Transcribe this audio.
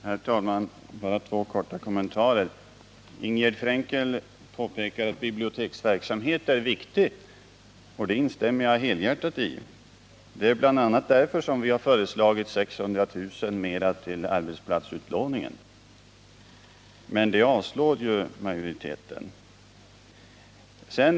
Herr talman! Bara två korta kommentarer. Ingegärd Frenkel påpekade att biblioteksverksamhet är viktig, och det instämmer jag helhjärtat i. Bl. a. därför har vi föreslagit 600 000 kr. mera till arbetsplatsutlåningen, vilket utskottsmajoriteten avstyrkt.